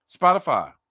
Spotify